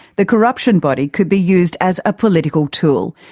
the corruption body could be used as a political tool,